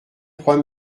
trois